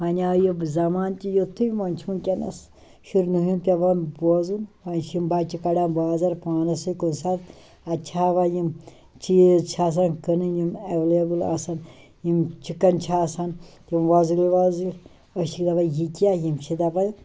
ؤنۍ آو یہِ زمانہٕ تہِ یُتھٕے ؤنۍ چھِ ؤنکیٚنَس شُرنٕے ہُنٛد پٮ۪وان بوزُن ؤنۍ چھِ یِم بَچہٕ کڑان بازَر پانَس سۭتۍ کُنہِ ساتہٕ اَسہِ چھِ ہاوان یِم چیٖز چھِ آسان کٔنٕنۍ یِم اٮ۪ولیبُل آسان یِم چِکَن چھِ آسان تِم وَزٕلۍ وَزٕلۍ أسۍ چھِ دَپان یہِ کیٛاہ یِم چھِ دَپان